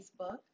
Facebook